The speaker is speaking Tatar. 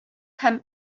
һәм